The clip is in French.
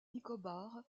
nicobar